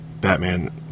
Batman